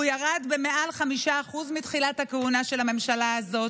והוא ירד במעל 5% מתחילת הכהונה של הממשלה הזאת.